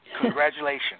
Congratulations